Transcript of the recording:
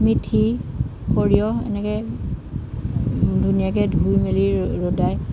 মিথি সৰিয়হ এনেকৈ ধুনীয়াকৈ ধুই মেলি ৰ'দাই